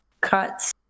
cuts